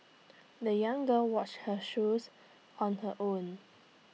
the young girl washed her shoes on her own